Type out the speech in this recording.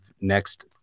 next